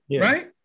right